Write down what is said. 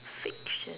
fiction